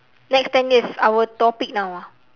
next ten years our topic now ah